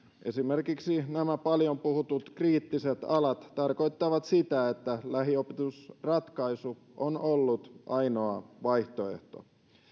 esimerkiksi nämä paljon puhutut kriittiset alat tarkoittaa sitä että lähiopetusratkaisu on ollut ainoa vaihtoehto